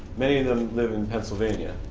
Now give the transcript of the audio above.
many of them live in pennsylvania.